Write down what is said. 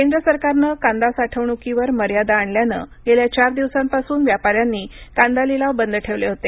केंद्र सरकारनं कांदा साठवणूकीवर मर्यादा आणल्याने गेल्या चार दिवसांपासून व्यापाऱ्यांनी कांदा लिलाव बंद ठेवले होते